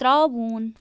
ترٛاوُن